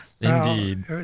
Indeed